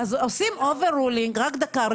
וגם הוא,